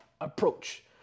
approach